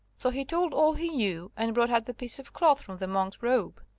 so he told all he knew, and brought out the piece of cloth from the monk's robe,